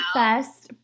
best